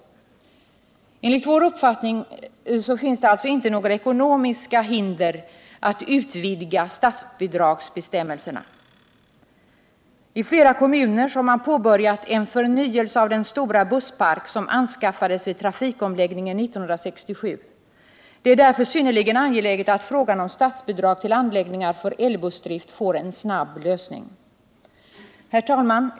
Enligt vår uppfattning finns det alltså inte några ekonomiska hinder att utvidga statsbidragsbestämmelserna. I flera kommuner har man påbörjat en förnyelse av den stora busspark som anskaffades vid trafikomläggningen 1967. Det är därför synnerligen angeläget att frågan om statsbidrag till anläggningar för elbussdrift får en snabb lösning. Herr talman!